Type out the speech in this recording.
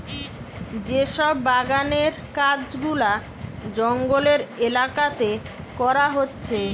যে সব বাগানের কাজ গুলা জঙ্গলের এলাকাতে করা হচ্ছে